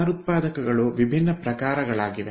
ಪುನರುತ್ಪಾದಕಗಳು ವಿಭಿನ್ನ ಪ್ರಕಾರಗಳಾಗಿವೆ